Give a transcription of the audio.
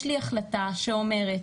יש לי החלטה שאומרת: